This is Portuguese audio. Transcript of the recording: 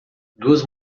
duas